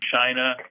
China